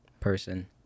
person